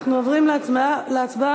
אנחנו עוברים להצבעה.